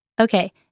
Okay